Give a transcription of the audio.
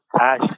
Ash